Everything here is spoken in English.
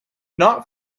not